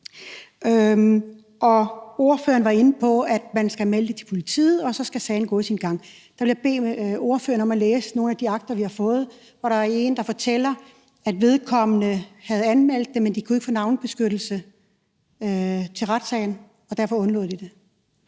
Ordføreren var inde på, at man skal melde det til politiet, og så skal sagen gå sin gang, og der vil jeg bede ordføreren om at læse nogle af de akter, vi har fået, hvor der er en, der fortæller, at vedkommende havde anmeldt det, men at de ikke kunne få navnebeskyttelse til retssagen, og derfor undlod de at